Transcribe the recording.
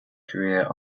career